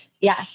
yes